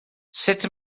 sut